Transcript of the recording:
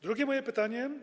Drugie moje pytanie.